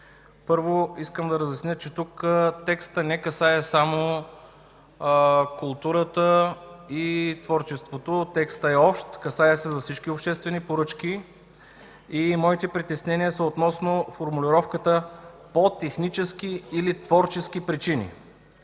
първо, искам да разясня, че тук текстът не касае само културата и творчеството. Текстът е общ, касае всички обществени поръчки. Моите притеснения са относно формулировката „по технически или творчески причини”.